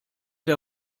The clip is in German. der